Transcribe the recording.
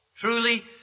Truly